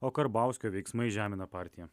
o karbauskio veiksmai žemina partiją